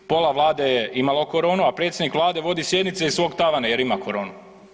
Pola Vlade je imalo koronu, a predsjednik Vlade vodi sjednice iz svog tavana jer ima koronu.